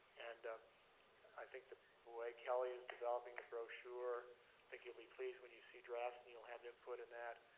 and um i think the way kelly is developing the brochure, i think you'll be pleased when you see drafts and you'll have input in that.